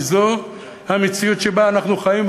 כי זאת המציאות שבה אנחנו חיים,